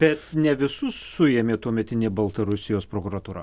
bet ne visus suėmė tuometinė baltarusijos prokuratūra